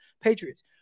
Patriots